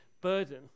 burden